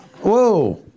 Whoa